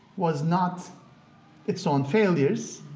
was not its own failures,